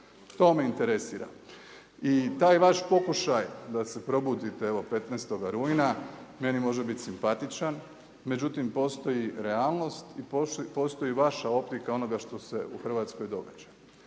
To me interesira. I taj vaš pokušaj da se probudite evo 15. rujna, meni može biti simpatičan, međutim postoji realnost i postoji vaša optika onoga što se u Hrvatskoj događa.